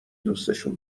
دوسشون